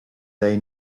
they